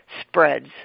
spreads